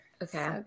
Okay